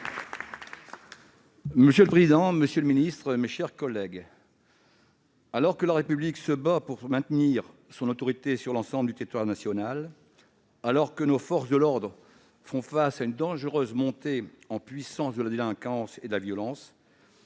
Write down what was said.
Monsieur le président, mesdames, messieurs les ministres, mes chers collègues, alors que la République se bat pour maintenir son autorité sur l'ensemble du territoire national, alors que nos forces de l'ordre font face à une dangereuse montée en puissance de la délinquance et de la violence,